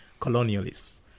colonialists